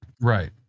right